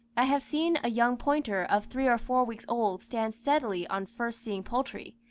i have seen a young pointer of three or four weeks old stand steadily on first seeing poultry,